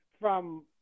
from-